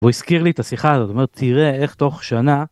והוא הזכיר לי את השיחה הזאת, בוא תראה איך תוך שנה.